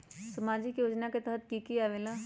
समाजिक योजना के तहद कि की आवे ला?